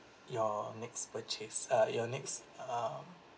your next purchase uh your next um